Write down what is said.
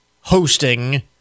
hosting